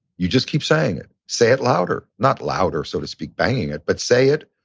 you just keep saying it. say it louder. not louder, so to speak, banging it, but say it.